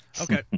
Okay